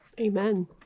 Amen